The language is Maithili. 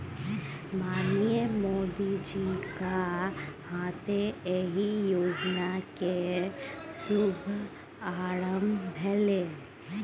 माननीय मोदीजीक हाथे एहि योजना केर शुभारंभ भेलै